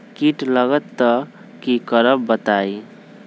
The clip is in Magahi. कीट लगत त क करब बताई?